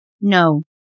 No